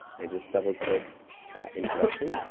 and just double click introduction.